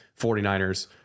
49ers